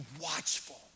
watchful